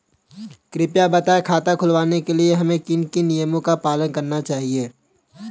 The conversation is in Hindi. कृपया बताएँ खाता खुलवाने के लिए हमें किन किन नियमों का पालन करना चाहिए?